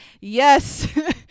yes